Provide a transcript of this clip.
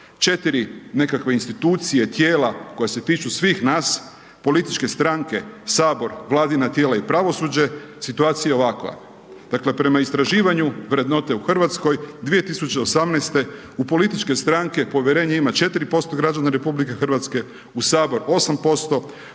4 nekakve institucije, tijela, koje se tiču svih nas, političke stranke, Sabor, vladina tijela i pravosuđe, situacija je ovakva, dakle, prema istraživanju vrednote u Hrvatskoj 2018. u političke stranke povjerenje ima 4% građana RH, u Sabor 8%,